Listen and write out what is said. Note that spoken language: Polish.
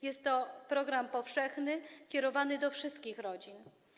Jest to program powszechny, kierowany do wszystkich rodzin.